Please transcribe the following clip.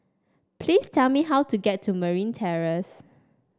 please tell me how to get to Merryn Terrace